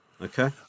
okay